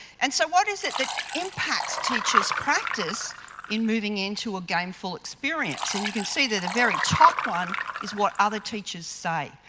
and so what is it that impacts teachers practice in moving into a gameful experience? and you can see that the very top one is what other teachers say.